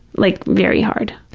like very hard.